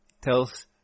Tells